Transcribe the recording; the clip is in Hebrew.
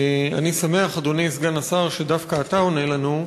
אני שמח, אדוני סגן השר, שדווקא אתה עונה לנו,